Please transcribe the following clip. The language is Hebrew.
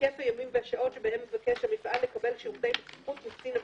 היקף הימים והשעות שבהם מבקש המפעל לקבל שירותי בטיחות מקצין הבטיחות.